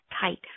tight